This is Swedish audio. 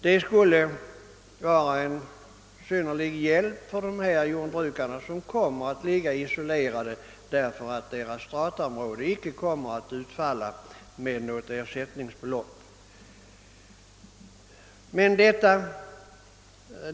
Det skulle vara av synnerlig hjälp för dessa jordbrukare som ligger isolerade därför att något ersättningsbelopp inte kommer att utfalla inom deras strataområde.